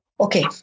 Okay